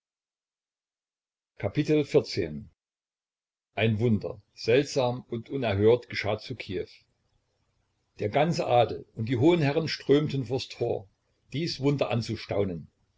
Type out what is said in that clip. ein wunder seltsam und unerhört geschah zu kiew der ganze adel und die hohen herren strömten vors tor dies wunder anzustaunen